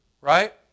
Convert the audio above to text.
Right